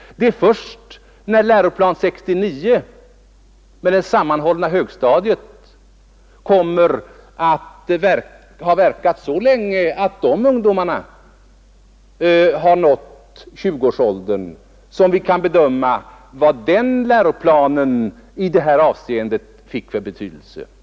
Det är först när Läroplan 69 med det sammanhållna högstadiet har verkat så länge att de ungdomarna har nått 20-års åldern som vi kan bedöma vilken betydelse den läroplanen fick i detta avseende.